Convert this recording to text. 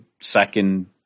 second